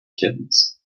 kittens